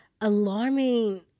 alarming